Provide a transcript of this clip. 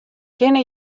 kinne